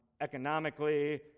economically